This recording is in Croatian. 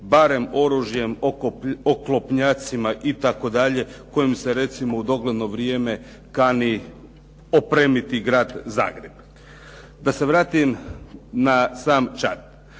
barem oružjem, oklopnjacima itd., kojim se recimo u dogledno vrijeme kani opremiti grad Zagreb. Da se vratim na sam Čad.